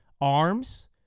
arms